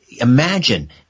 imagine